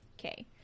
Okay